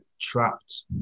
trapped